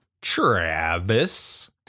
Travis